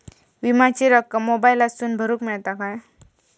विमाची रक्कम मोबाईलातसून भरुक मेळता काय?